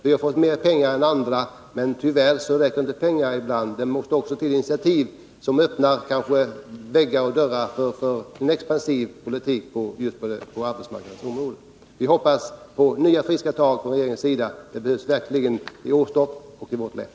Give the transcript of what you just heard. Vi har fått mer pengar än andra län, men tyvärr räcker det inte alltid med pengar. Det måste också till initiativ som öppnar möjligheter för en expansiv politik på arbetsmarknadens område. Vi hoppas på nya, friska tag från regeringens sida. Sådana behövs verkligen i Åstorp och i vårt län.